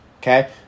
Okay